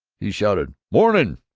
he shouted morning!